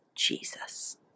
Jesus